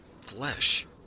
flesh